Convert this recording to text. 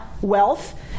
wealth